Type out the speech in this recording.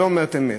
שאת לא אומרת אמת.